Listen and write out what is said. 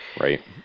Right